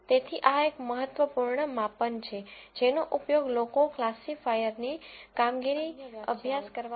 તેથી આ એક મહત્વપૂર્ણ માપન છે જેનો ઉપયોગ લોકો ક્લાસિફાયરની કામગીરી અભ્યાસ કરવા માટે કરે છે